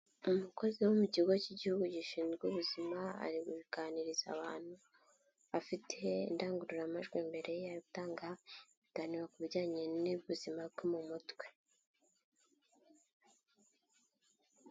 Umukozi wo mu kigo cy'igihugu gishinzwe ubuzima ari kuganiriza abantu, afite indangururamajwi mbere ye, ari gutanga ibiganiro ku bijyanye n'ubuzima bwo mu mutwe.